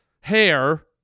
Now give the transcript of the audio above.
hair